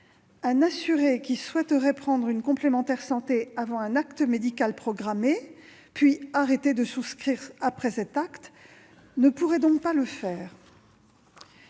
Un assuré qui souhaiterait souscrire une complémentaire santé avant un acte médical programmé, puis s'en défaire après cet acte, ne pourrait donc pas mettre